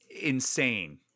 insane